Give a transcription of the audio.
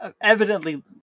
evidently